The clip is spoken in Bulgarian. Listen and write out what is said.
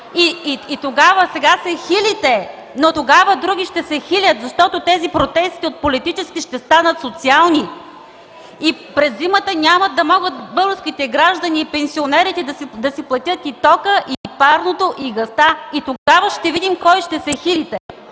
Сега се хилите, но тогава други ще се хилят, защото тези протести от политически ще станат социални. И през зимата няма да могат българските граждани, пенсионерите, да си платят и тока, и парното, и газта. Тогава ще видим на кой ще се хилите.